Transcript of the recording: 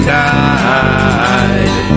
died